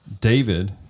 David